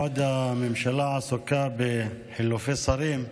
בעוד הממשלה עסוקה בחילופי שרים,